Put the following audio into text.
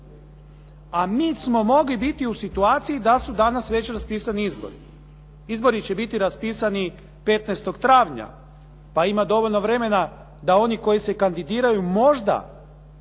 a mi smo mogli biti u situaciji da su danas već raspisani izbori. Izbori će biti raspisani 15. travnja pa ima dovoljno vremena da oni koji se kandidiraju možda